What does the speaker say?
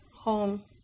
home